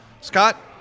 Scott